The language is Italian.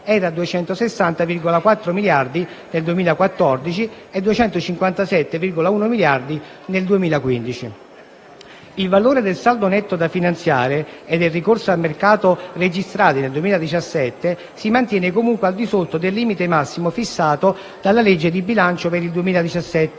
a 260,4 miliardi nel 2014 e a 257,1 miliardi nel 2015). Il valore del saldo netto da finanziare e del ricorso al mercato registrati nel 2017 si mantiene comunque al di sotto del limite massimo fissato dalla legge di bilancio per il 2017